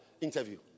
interview